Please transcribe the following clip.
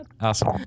awesome